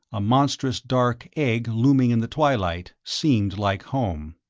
a monstrous dark egg looming in the twilight, seemed like home.